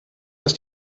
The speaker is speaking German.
ist